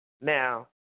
Now